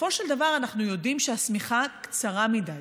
בסופו של דבר אנחנו יודעים שהשמיכה קצרה מדי,